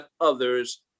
others